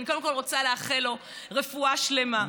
אני קודם כול רוצה לאחל לו רפואה שלמה,